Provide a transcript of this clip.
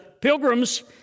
pilgrims